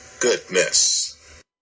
goodness